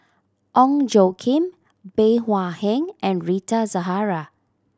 Ong Tjoe Kim Bey Hua Heng and Rita Zahara